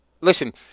Listen